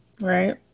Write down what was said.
right